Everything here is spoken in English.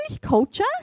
culture